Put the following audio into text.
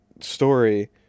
Story